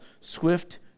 swift